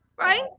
right